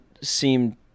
seemed